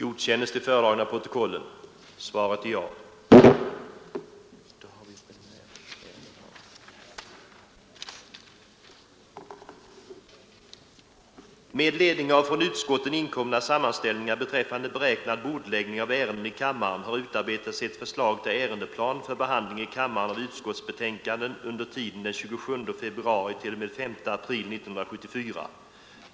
Med ledning av från utskotten inkomna sammanställningar beträffande beräknad bordläggning av ärenden i kammaren har utarbetats ett förslag till ärendeplan för behandling i kammaren av utskottsbetänkanden under tiden den 27 februari — 5 april 1974.